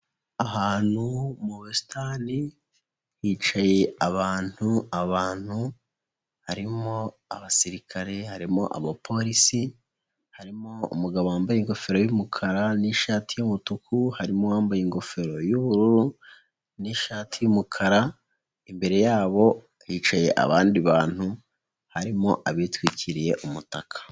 Ahantu mu busitani, hicaye abantu, abantu harimo abasirikare, harimo abapolisi, harimo umugabo wambaye ingofero y'umukara n'ishati y'umutuku, harimo uwambaye ingofero y'ubururu n'ishati y'umukara, imbere yabo hicaye abandi bantu, harimo abitwikiriye umutaka.